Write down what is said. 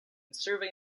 survey